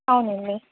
అవునండి